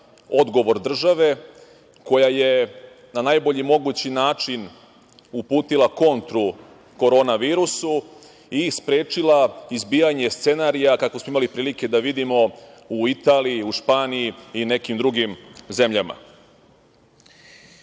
odgovor države koja je na najbolji mogući način uputila kontru korona virusu i sprečila izbijanje scenarija, kako smo imali prilike da vidimo u Italiji, Španiji i nekim drugim zemljama. Posebnu